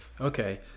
Okay